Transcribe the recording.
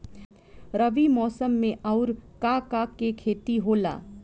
रबी मौसम में आऊर का का के खेती होला?